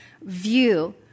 view